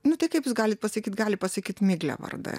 nu tai kaip jūs galit pasakyt gali pasakyt miglė vardą